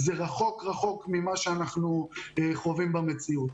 זה רחוק רחוק ממה שאנחנו חווים במציאות.